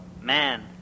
man